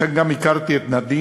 שם גם הכרתי את נדין,